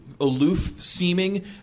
aloof-seeming